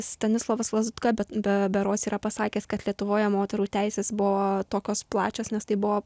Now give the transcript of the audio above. stanislovas lazutka bet be berods yra pasakęs kad lietuvoje moterų teisės buvo tokios plačios nes tai buvo